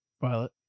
Violet